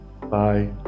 Bye